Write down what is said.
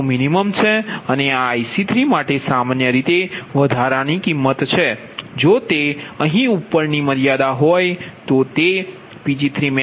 અને IC3માટે સામાન્ય રીતે વધારાની કિંમત છે જો તે અહીં ઉપરની મર્યાદા હોય તો તે Pg3maxછે